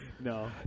No